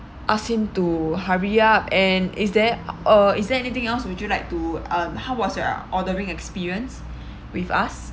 ask him to hurry up and is there uh is there anything else would you like to um how was your ordering experience with us